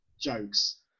jokes